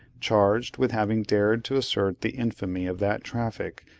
charged with having dared to assert the infamy of that traffic,